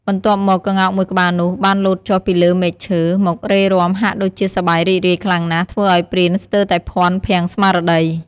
បន្ទាប់មកក្ងោកមួយក្បាលនោះបានលោតចុះពីលើមែកឈើ មករេរាំហាក់ដូចជាសប្បាយរីករាយខ្លាំងណាស់ ធ្វើឱ្យព្រានស្ទើរតែភាន់ភាំងស្មារតី។